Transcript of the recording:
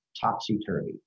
topsy-turvy